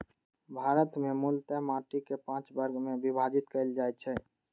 भारत मे मूलतः माटि कें पांच वर्ग मे विभाजित कैल जाइ छै